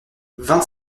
vingt